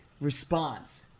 response